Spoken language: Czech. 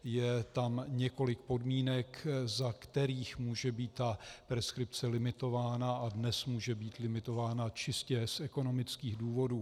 Je tam několik podmínek, za kterých může být preskripce limitována, a dnes může být limitována čistě z ekonomických důvodů.